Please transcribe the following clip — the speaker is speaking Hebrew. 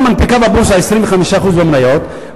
החברה מנפיקה בבורסה 25% מהמניות,